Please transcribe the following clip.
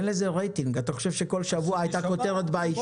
לזה רייטינג אתה חושב שכל שבוע הייתה כותרת בעיתון?